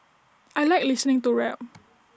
I Like listening to real